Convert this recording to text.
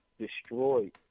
destroyed